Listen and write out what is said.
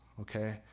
okay